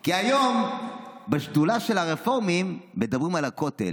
כי היום בשדולה של הרפורמים מדברים על הכותל.